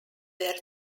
were